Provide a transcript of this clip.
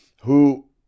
who—